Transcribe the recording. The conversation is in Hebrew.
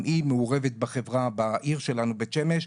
היא מעורבת בחברה ובעיר שלנו בית שמש,